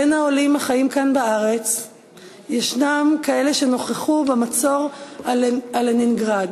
בין העולים החיים כאן בארץ ישנם כאלה שנכחו במצור על לנינגרד,